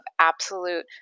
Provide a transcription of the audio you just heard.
absolute